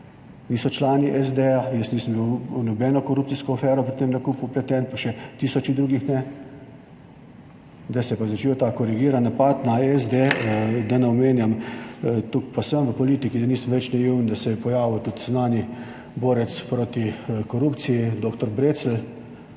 niso člani SD. jaz nisem bil v nobeno korupcijsko afero pri tem nakupu vpleten, pa še tisoči drugih ne. Zdaj se je pa začel ta korigiran napad na SD, da ne omenjam, toliko pa sem v politiki, da nisem več naiven, da se je pojavil tudi znani borec proti korupciji dr. Brecelj,